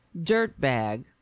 dirtbag